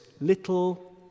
little